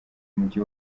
mugi